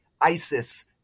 ISIS